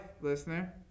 listener